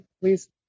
please